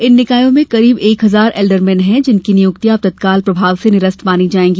इन निकायों में करीब एक हजार एल्डरमेन हैं जिनकी नियुक्तियां अब तत्काल प्रभाव से निरस्त मानी जायेंगी